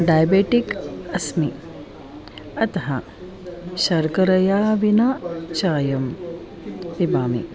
diabetic अस्मि अतः शर्करया विना चायं पिबामि